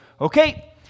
Okay